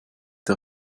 der